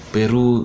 Peru